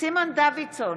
סימון דוידסון,